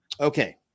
okay